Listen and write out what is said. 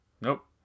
Nope